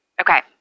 Okay